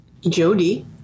Jody